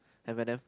Eminem